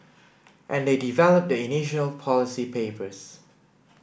and they develop the initial policy papers